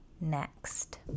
next